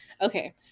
Okay